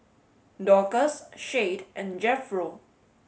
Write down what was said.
Dorcas Shade and Jethro